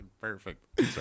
perfect